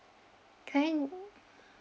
can I